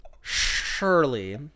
Surely